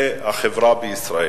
החברה בישראל.